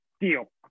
Deal